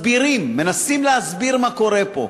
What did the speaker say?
מסבירים, מנסים להסביר מה קורה פה.